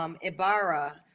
Ibarra